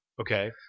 Okay